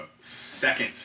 second